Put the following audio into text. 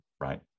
right